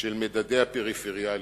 של מדדי הפריפריאליות.